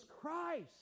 Christ